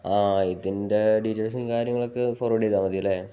ആ ഇതിൻ്റെ ഡീറ്റെയിൽസും കാര്യങ്ങളുമൊക്കെ ഫോർവേഡ് ചെയ്താല് മതിയല്ലേ